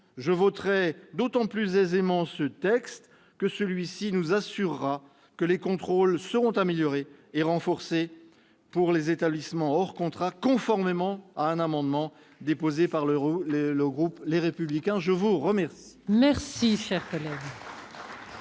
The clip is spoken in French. je voterai d'autant plus aisément ce texte que celui-ci garantira que les contrôles seront améliorés et renforcés pour les établissements hors contrat, conformément à un amendement déposé par le groupe Les Républicains. La discussion